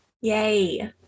Yay